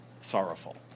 sorrowful